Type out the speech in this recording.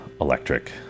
electric